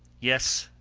yes,